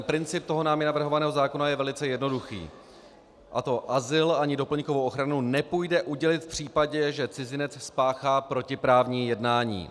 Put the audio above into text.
Princip toho námi navrhovaného zákona je velice jednoduchý, a to: azyl ani doplňkovou ochranu nepůjde udělit v případě, že cizinec spáchá protiprávní jednání.